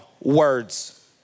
words